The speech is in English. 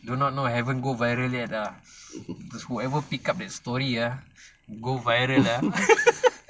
do not know haven't go viral yet ah whoever pick up that story ah go viral ah